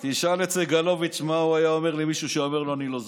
תשאל את סגלוביץ' מה הוא היה אומר למישהו שהיה אומר לו: אני לא זוכר.